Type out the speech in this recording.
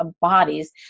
bodies